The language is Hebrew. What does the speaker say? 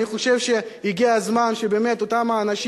שבהם האנשים